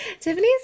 Tiffany's